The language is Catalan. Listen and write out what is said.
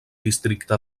districte